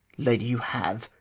lady, you have.